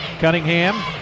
Cunningham